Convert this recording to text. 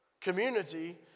community